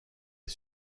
est